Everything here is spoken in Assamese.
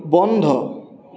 বন্ধ